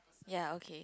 ya okay